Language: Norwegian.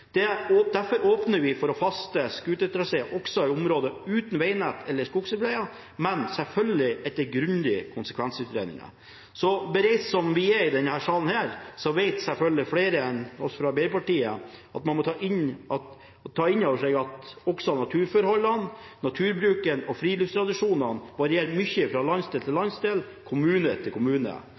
det som er betegnet som større distriktskommuner med lav befolkningstetthet, har vi forståelse for at interesseavveiningen kan være en annen enn i mer tettbygde strøk. Derfor åpner vi for faste scootertraseer også i områder uten veinett eller skogsbilveier, men selvfølgelig etter grundige konsekvensutredninger. Så bereist som vi er i denne salen, vet selvfølgelig flere enn oss i Arbeiderpartiet å ta inn over seg at også naturforholdene, naturbruken og friluftstradisjonene varierer mye fra landsdel til